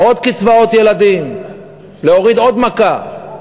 עוד קצבאות ילדים, להוריד עוד מכה.